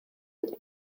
with